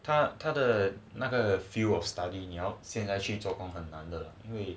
他他的那个 field of study 你要现在去做工很难的